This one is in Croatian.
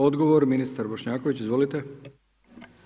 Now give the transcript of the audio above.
Odgovor ministar Bošnjaković, izvolite.